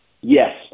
Yes